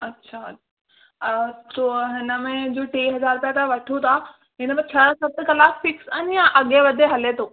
अच्छा पोइ आ सो हिनमें जो टे हज़ार रुपिया त वठो था हिनमें छह सत कलाक फिक्स आहिनि या अघे वधे हले थो